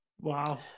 wow